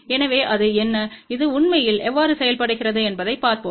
எனவே அது என்ன அது உண்மையில் எவ்வாறு செயல்படுகிறது என்பதைப் பார்ப்போம்